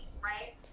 right